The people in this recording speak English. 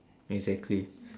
exactly